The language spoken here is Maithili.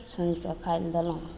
साँझके खाय लए देलहुँ